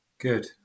Good